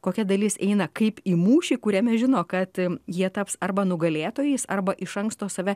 kokia dalis eina kaip į mūšį kuriame žino kad jie taps arba nugalėtojais arba iš anksto save